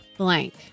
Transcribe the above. Blank